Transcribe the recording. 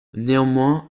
néanmoins